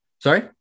Sorry